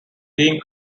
being